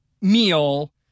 meal